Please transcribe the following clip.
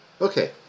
okay